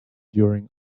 during